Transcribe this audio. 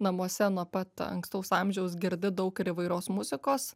namuose nuo pat ankstaus amžiaus girdi daug ir įvairios muzikos